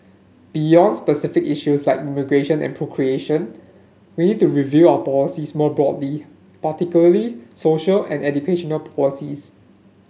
beyond specific issues like immigration and procreation we need to review our policies more broadly particularly social and educational policies